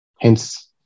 Hence